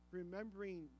remembering